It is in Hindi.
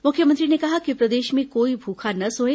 मुख्यमंत्री ने कहा कि प्रदेश में कोई भूखा न सोए